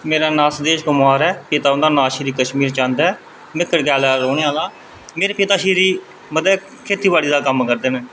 मेरा नांऽ सुदेश कुमार ऐ ते पिता हुंदा नांऽ श्री कशमीर चंद ऐ में कड़कयाल दा रौह्ने आह्ला ते मेरे पिताश्री मतलब खेती बाड़ी दा कम्म करदे न